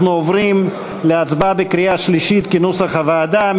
אנחנו עוברים להצבעה בקריאה שלישית כנוסח הוועדה.